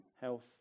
health